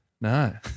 No